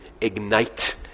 ignite